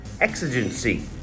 Exigency